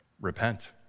Repent